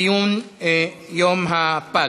ציון יום הפג.